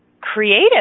creative